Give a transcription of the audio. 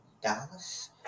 Dallas